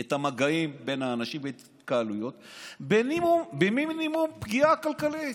את המגעים בין האנשים בהתקהלויות במינימום פגיעה כלכלית,